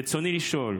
רצוני לשאול: